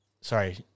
sorry